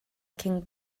cyn